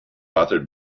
authored